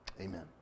amen